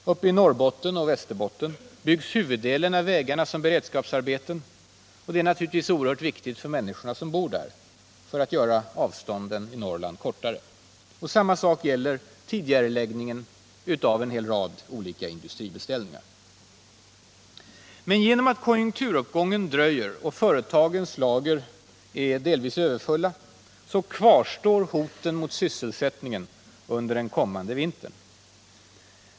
Uppe i Norrbotten och Västerbotten byggs huvuddelen av vägarna som beredskapsarbeten. Det är naturligtvis oerhört viktigt för de människor som bor där, för att göra avstånden i Norrland kortare. Samma sak gäller tidigareläggningen av en hel rad olika industribeställningar. Men genom att konjunkturuppgången dröjer och företagens lager delvis är överfulla kvarstår hoten mot sysselsättningen under den kommande vintern.